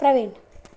Praveen